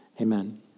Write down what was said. Amen